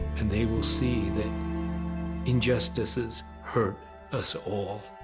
and they will see that injustices hurt us all.